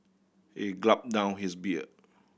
he down his beer